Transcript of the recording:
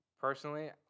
personally